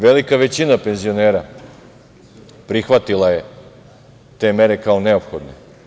Velika većina penzionera prihvatila je te mere kao neophodne.